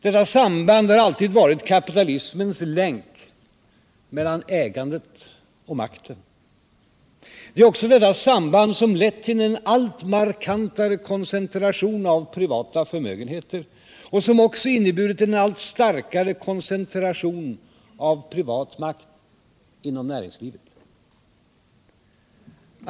Detta samband har alltid varit kapitalismens länk mellan ägandet och makten. Det är också detta samband som lett till en allt markantare koncentration av privata förmögenheter och som också inneburit en allt starkare koncentration av privat makt inom näringslivet.